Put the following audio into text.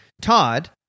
Todd